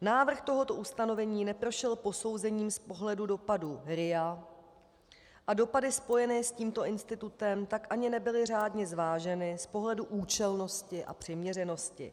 Návrh tohoto ustanovení neprošel posouzením z pohledu dopadů RIA a dopady spojené s tímto institutem tak ani nebyly řádně zváženy z pohledu účelnosti a přiměřenosti.